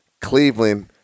Cleveland